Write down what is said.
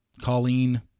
Colleen